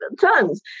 tons